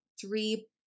three